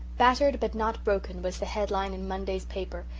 battered but not broken was the headline in monday's paper,